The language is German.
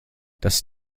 das